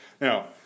Now